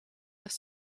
with